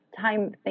time